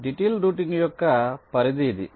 detailed routing యొక్క పరిధి ఇది